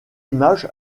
images